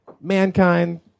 Mankind